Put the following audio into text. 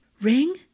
Ring